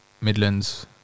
Midlands